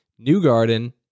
Newgarden